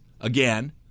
again